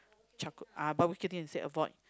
charcoal ah barbeque thing they said avoid